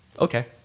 okay